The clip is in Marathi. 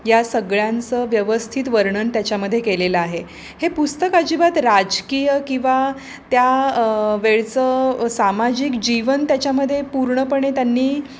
या सगळ्यांचं व्यवस्थित वर्णन त्याच्यामधे केलेलं आहे हे पुस्तक अजिबात राजकीय किंवा त्या वेळचं सामाजिक जीवन त्याच्यामधे पूर्णपणे त्यांनी